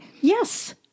Yes